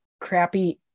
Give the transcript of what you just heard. crappy